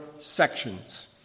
sections